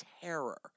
terror